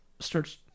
starts